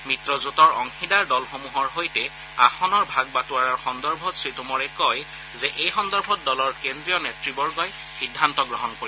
মিত্ৰজোঁটৰ অংশীদাৰ দলসমূহৰ সৈতে আসনৰ ভাগ বাটোৱাৰাৰ সন্দৰ্ভত শ্ৰীটোমৰে কয় যে এই সন্দৰ্ভত দলৰ কেন্দ্ৰীয় নেত়বগঁই সিদ্ধান্ত গ্ৰহণ কৰিব